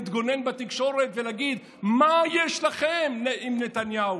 להתגונן בתקשורת ולהגיד: מה יש לכם עם נתניהו?